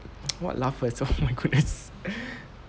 what laugh first oh my goodness